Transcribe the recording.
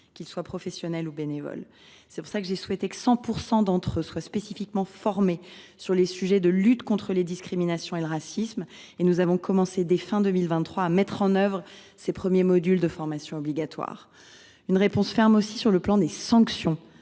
qu’ils soient professionnels ou bénévoles. C’est pour cette raison que j’ai souhaité que 100 % d’entre eux soient spécifiquement formés sur le sujet de la lutte contre les discriminations et le racisme, et nous avons commencé dès la fin de l’année 2023 à mettre en œuvre les premiers modules de formation obligatoire. Il convient aussi que les sanctions